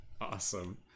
awesome